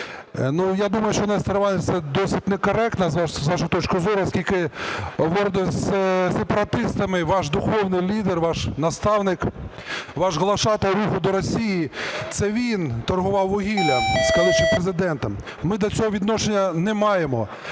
Я думаю, що, Нестор Іванович, це досить некоректно з вашої точки зору, оскільки гордо з сепаратистами ваш духовний лідер, ваш наставник, ваш глашатай руху до Росії, це він торгував вугіллям з колишнім Президентом. Ми до цього відношення не маємо.